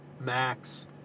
max